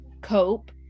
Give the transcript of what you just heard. cope